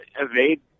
evade